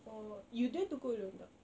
or you dare to go alone or not